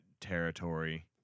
territory